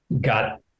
got